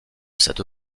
cette